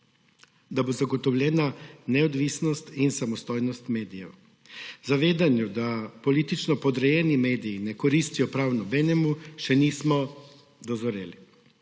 da bo zagotovljena neodvisnost in samostojnost medijev. Zavedanja, da politično podrejeni mediji ne koristijo prav nobenemu, še nismo dosegli.